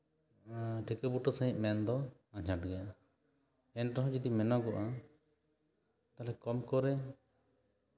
ᱴᱷᱤᱠᱟᱹ ᱵᱩᱴᱟᱹ ᱥᱟᱺᱦᱤᱡ ᱢᱮᱱᱫᱚ ᱟᱸᱡᱷᱟᱴ ᱜᱮᱭᱟ ᱮᱱᱨᱮᱦᱚᱸ ᱡᱩᱫᱤ ᱢᱮᱱᱚᱜᱚᱜᱼᱟ ᱛᱟᱦᱞᱮ ᱠᱚᱢ ᱠᱚᱨᱮ